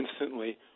instantly